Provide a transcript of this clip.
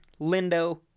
lindo